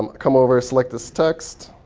um come over, select this text,